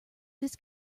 this